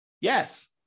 Yes